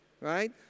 right